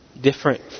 different